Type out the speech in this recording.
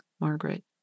Margaret